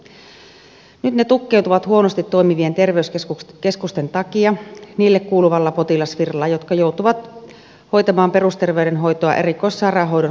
nyt ne tukkeutuvat huonosti toimivien terveyskeskusten takia näille kuuluvalla potilasvirralla ja ne joutuvat hoitamaan perusterveydenhoitoa erikoissairaanhoidon kustannusrakenteella